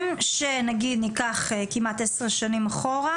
אם ניקח כמעט 10 שנים אחורה